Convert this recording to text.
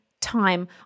time